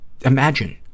Imagine